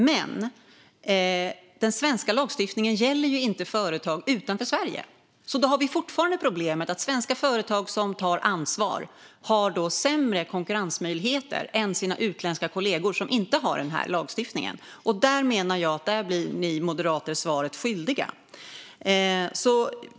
Men den svenska lagstiftningen gäller ju inte företag utanför Sverige, så då har vi fortfarande problemet att svenska företag som tar ansvar har sämre konkurrensmöjligheter än sina utländska kollegor som inte har den här lagstiftningen. Där menar jag att ni moderater blir svaret skyldiga.